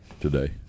today